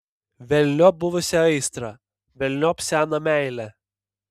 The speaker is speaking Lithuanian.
velniop buvusią aistrą velniop seną meilę